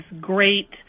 great